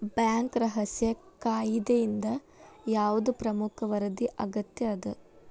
Bank ರಹಸ್ಯ ಕಾಯಿದೆಯಿಂದ ಯಾವ್ದ್ ಪ್ರಮುಖ ವರದಿ ಅಗತ್ಯ ಅದ?